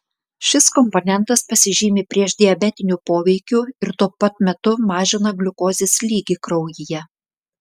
šis komponentas pasižymi priešdiabetiniu poveikiu ir tuo pat metu mažina gliukozės lygį kraujyje